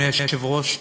אדוני היושב-ראש,